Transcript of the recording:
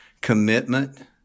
commitment